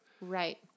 Right